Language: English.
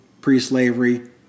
Pre-slavery